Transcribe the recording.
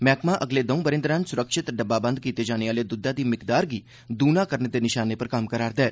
मैहकमा अगले दौं ब'रें दौरान सुरक्षित डब्बा बंद कीते जाने आह्ले दुद्धै दी मिकदार गी दूना करने दे निशाने पर कम्म करा'रदा ऐ